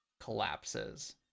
collapses